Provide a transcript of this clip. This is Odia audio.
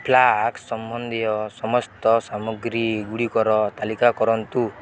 ଫ୍ଲାସ୍କ୍ ସମ୍ବନ୍ଧୀୟ ସମସ୍ତ ସାମଗ୍ରୀଗୁଡ଼ିକର ତାଲିକା କରନ୍ତୁ